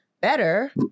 better